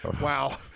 Wow